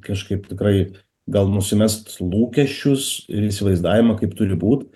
kažkaip tikrai gal nusimest lūkesčius ir įsivaizdavimą kaip turi būt